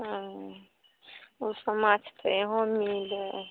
हुँ ओसब माँछ तऽ इहौँ मिलि जाएत